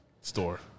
store